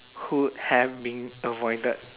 could have been avoided